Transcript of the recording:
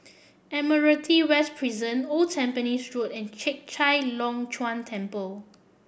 Admiralty West Prison Old Tampines Road and Chek Chai Long Chuen Temple